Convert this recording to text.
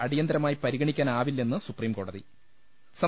അടിയന്തരമായി പരിഗണിക്കാനാവില്ലെന്ന് സുപ്രീംകോടതി ്